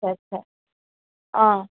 আচ্ছা আচ্ছা অঁ